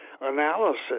analysis